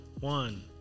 one